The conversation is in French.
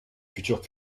futur